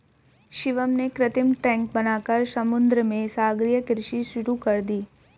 शिवम ने कृत्रिम टैंक बनाकर समुद्र में सागरीय कृषि शुरू कर दी